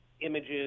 Images